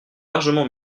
largement